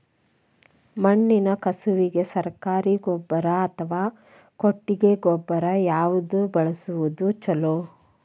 ಮಣ್ಣಿನ ಕಸುವಿಗೆ ಸರಕಾರಿ ಗೊಬ್ಬರ ಅಥವಾ ಕೊಟ್ಟಿಗೆ ಗೊಬ್ಬರ ಯಾವ್ದು ಬಳಸುವುದು ಛಲೋ?